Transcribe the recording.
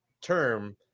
term